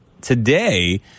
today